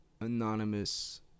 anonymous